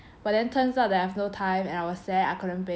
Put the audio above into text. but then turns out that I have no time and I was sad I couldn't bake